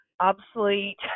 obsolete